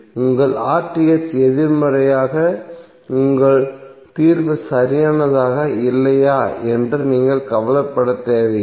உங்கள் எதிர்மறையாக இருந்தால் உங்கள் தீர்வு சரியானதா இல்லையா என்று நீங்கள் கவலைப்பட தேவையில்லை